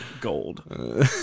Gold